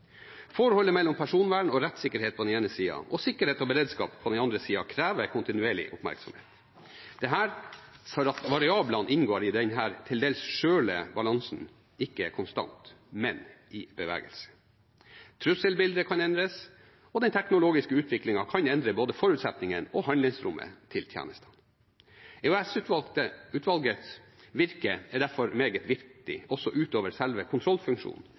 Forholdet mellom personvern og rettssikkerhet på den ene siden og sikkerhet og beredskap på den andre siden krever kontinuerlig oppmerksomhet – dette fordi variablene som inngår i denne til dels skjøre balansen, ikke er konstante, men er i bevegelse. Trusselbildet kan endres, og den teknologiske utviklingen kan endre både forutsetningene og handlingsrommet til tjenestene. EOS-utvalgets virke er derfor meget viktig, også utover selve kontrollfunksjonen,